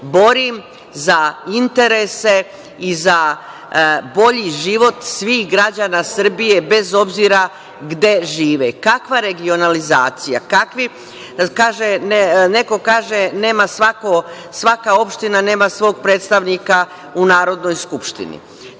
borim za interese i za bolji život svih građana Srbije, bez obzira gde žive. Kakva regionalizacija? Neko kaže svaka opština nema svog predstavnika u Narodnoj skupštini.